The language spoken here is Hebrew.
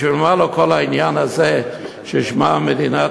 בשביל מה לו כל העניין הזה ששמו מדינת